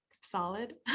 solid